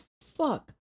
fuck